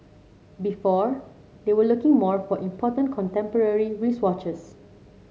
before they were looking more for important contemporary wristwatches